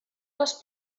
les